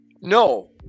No